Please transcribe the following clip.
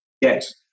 Yes